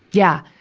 yeah.